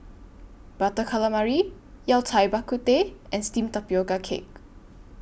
Butter Calamari Yao Cai Bak Kut Teh and Steamed Tapioca Cake